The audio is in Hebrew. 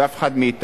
ואף אחד מאתנו,